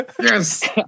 Yes